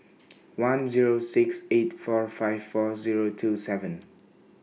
one Zero six eight four five four Zero two seven